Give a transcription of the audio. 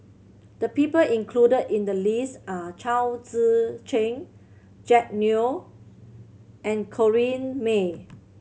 the people included in the list are Chao Tzee Cheng Jack Neo and Corrinne May